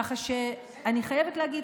כך שאני חייבת להגיד,